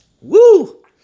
Woo